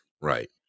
right